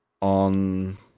on